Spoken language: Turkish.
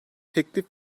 teklif